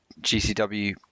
GCW